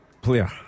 player